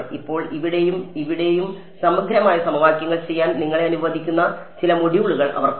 ഇപ്പോൾ ഇവിടെയും ഇവിടെയും സമഗ്രമായ സമവാക്യങ്ങൾ ചെയ്യാൻ നിങ്ങളെ അനുവദിക്കുന്ന ചില മൊഡ്യൂളുകൾ അവർക്കുണ്ട്